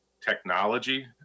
technology